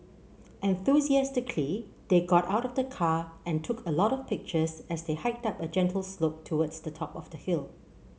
enthusiastically they got out of the car and took a lot of pictures as they hiked up a gentle slope towards the top of the hill